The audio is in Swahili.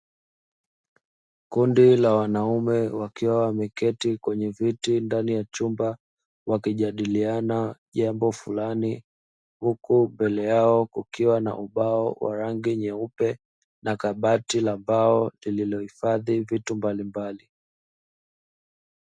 Kundi la wanaume wakiwa wameketi kwenye viti ndani ya chumba wakijadiliana jambo fulani, huku mbele yao kukiwa na ubao wa rangi nyeupe na kabati la mbao lililohifadhi vitu mbalimbali.